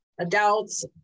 adults